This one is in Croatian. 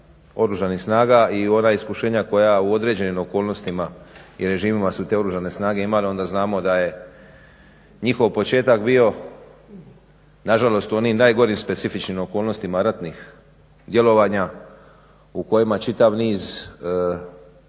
oružanih snaga i ona iskušenja koja u određenim okolnostima i režimima su te oružane snage imale onda znamo da je njihov početak bio nažalost u onim najgorim specifičnim okolnostima ratnih djelovanja u kojima čitav niz funkcija